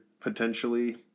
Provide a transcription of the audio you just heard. potentially